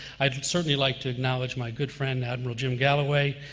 i'd certainly like to acknowledge my good friend, admiral jim galloway,